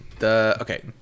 Okay